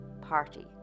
party